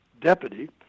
deputy